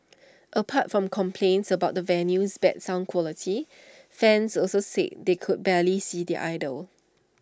apart from complaints about the venue's bad sound quality fans also said they could barely see their idol